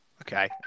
Okay